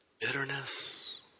Bitterness